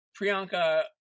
Priyanka